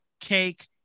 cake